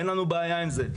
אין לנו בעיה עם זה.